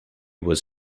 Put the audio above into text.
was